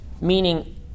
Meaning